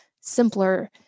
simpler